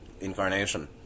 incarnation